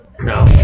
No